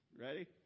Ready